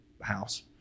house